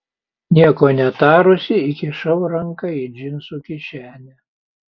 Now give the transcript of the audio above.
nieko netarusi įkišau ranką į džinsų kišenę